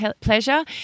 pleasure